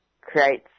creates